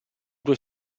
due